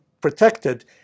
protected